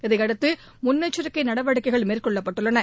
இதையடுத்து முன்னெச்சிக்கை நடவடிக்கைகள் மேற்கொள்ளப்பட்டுள்ளன